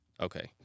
Okay